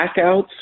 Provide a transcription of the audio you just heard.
blackouts